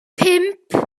pump